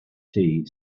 tea